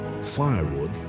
firewood